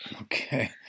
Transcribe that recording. Okay